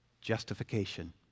Justification